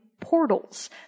portals